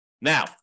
Now